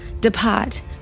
depart